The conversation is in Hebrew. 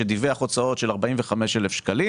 שדיווח הוצאות של 45,000 ₪,